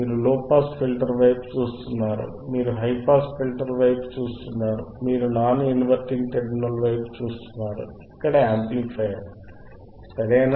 మీరు low pass filter వైపు చూస్తున్నారు మీరు హైపాస్ ఫిల్టర్ వైపు చూస్తున్నారు మీరు నాన్ ఇన్వర్టింగ్ టెర్మినల్ వైపు చూస్తున్నారు ఇక్కడ యాంప్లిఫైయర్ సరేనా